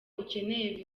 ukeneye